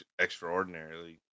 extraordinarily